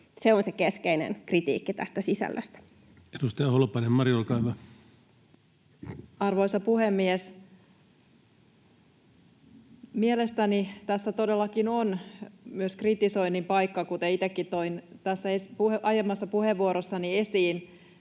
Se on se keskeinen kritiikki tästä sisällöstä. Edustaja Holopainen Mari, olkaa hyvä. Arvoisa puhemies! Mielestäni tässä todellakin on myös kritisoinnin paikka, kuten itsekin toin tässä aiemmassa puheenvuorossani esiin.